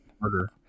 Murder